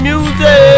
Music